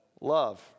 Love